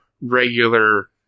regular